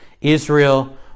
Israel